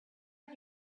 are